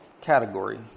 category